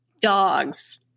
Dogs